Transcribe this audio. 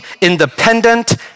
independent